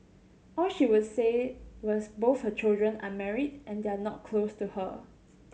all she would say was both her children are married and they are not close to her